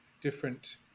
different